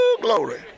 Glory